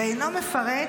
ואינו מפרט